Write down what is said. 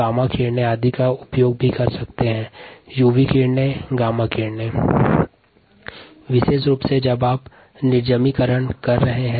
gamma विकिरण और UV विकिरण का उपयोग विशेष रूप से सिरिंज के निर्जमीकरण के लिए करते हैं